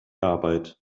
arbeit